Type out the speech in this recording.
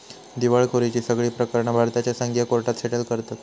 दिवळखोरीची सगळी प्रकरणा भारताच्या संघीय कोर्टात सेटल करतत